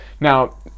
now